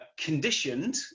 Conditioned